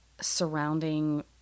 surrounding